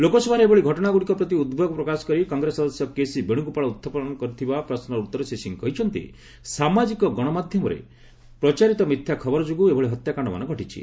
ଲୋକସଭାରେ ଏଭଳି ଘଟଣାଗୁଡିକ ପ୍ରତି ଉଦ୍ବେଗ ପ୍ରକାଶକରି କଂଗ୍ରେସ ସଦସ୍ୟ କେସି ବେଣୁଗୋପାଳ ଉତ୍ଥାପନ କରିଥିବା ପ୍ରଶ୍ୱର ଉତ୍ତରରେ ଶ୍ରୀ ସିଂ କହିଛନ୍ତି ସାମାଜିକ ଗଣମାଧ୍ୟମରେ ପ୍ରଚାରିତ ମିଥ୍ୟା ଖବର ଯୋଗୁଁ ଏଭଳି ହତ୍ୟାକାଶ୍ଡମାନ ଘଟିଛି